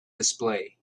display